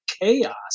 chaos